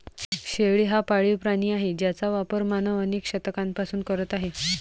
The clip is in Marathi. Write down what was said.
शेळी हा पाळीव प्राणी आहे ज्याचा वापर मानव अनेक शतकांपासून करत आहे